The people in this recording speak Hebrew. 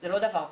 זה לא דבר פשוט.